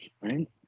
right